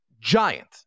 Giant